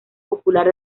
popular